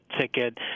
ticket